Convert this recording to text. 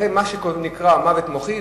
אחרי מה שנקרא "מוות מוחי",